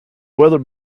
weather